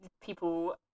people